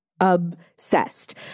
obsessed